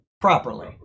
properly